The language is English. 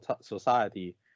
society